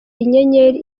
inyenyeri